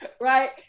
Right